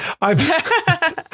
I've-